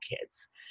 kids